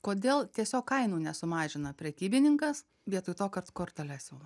kodėl tiesiog kainų nesumažina prekybininkas vietoj to kad korteles siūlo